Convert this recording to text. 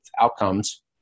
outcomes